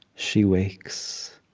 she wakes.